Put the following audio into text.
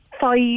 five